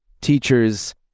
teachers